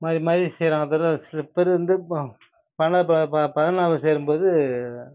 மாறி மாறி செய்கிறாங்களே தவிர சில பேர் வந்து ப பன்னெண்டாவது ப ப பதினொன்றாவது சேரும்போது